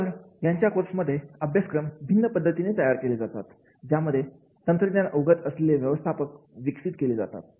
तर यांच्या कोर्समध्ये अभ्यासक्रम भिन्न पद्धतीने तयार केले जातात ज्यामुळे तंत्रज्ञान अवगत असलेले व्यवस्थापक विकसित केले जातात